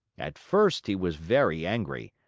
at first he was very angry,